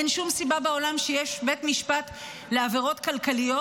אין שום סיבה בעולם שיש בית משפט לעבירות כלכליות,